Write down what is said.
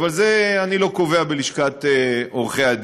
אבל אני לא קובע בלשכת עורכי-הדין.